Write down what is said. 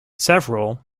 several